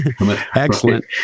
Excellent